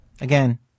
Again